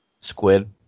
Squid